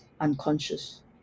unconscious